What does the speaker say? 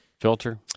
Filter